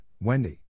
Wendy